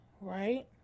right